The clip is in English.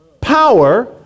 Power